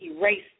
erase